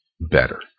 better